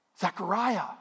Zechariah